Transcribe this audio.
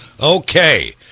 Okay